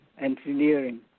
engineering